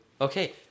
Okay